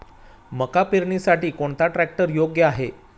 मका पेरणीसाठी कोणता ट्रॅक्टर योग्य आहे?